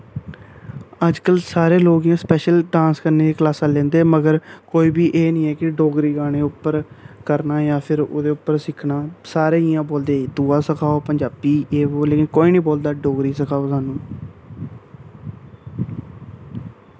अज्जकल सारे लोग इ'यां स्पैशल डांस करने दियां क्लासां लैंदे मगर कोई बी एह् नी ऐ कि डोगरी गानें उप्पर करना जां फिर ओह्दे उप्पर सिक्खना सारे इ'यां बोलदे दूआ सखाओ पंजाबी एह् वो लेकिन कोई नी बोलदा डोगरी सखाओ सानू